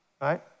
right